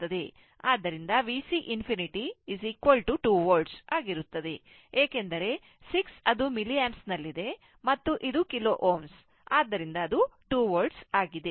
ಆದ್ದರಿಂದ VC ∞ 2 Volt ಆಗಿರುತ್ತದೆ ಏಕೆಂದರೆ 6 ಅದು mAಮತ್ತು ಇದು K Ω ಆದ್ದರಿಂದ ಅದು 2 Volt ಆಗಿದೆ